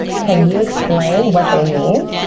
can you explain what they mean?